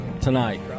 tonight